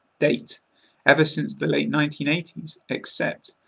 date ever since the late nineteen eighty s. except,